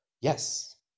yes